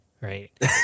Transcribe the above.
right